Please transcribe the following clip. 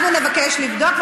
אנחנו נבקש לבדוק,